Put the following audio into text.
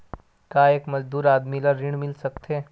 का एक मजदूर आदमी ल ऋण मिल सकथे?